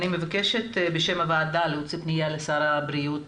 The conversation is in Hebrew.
אני מבקשת בשם הוועדה להוציא פנייה לשר הבריאות